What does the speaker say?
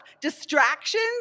Distractions